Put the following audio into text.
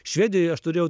švedijoj aš turėjau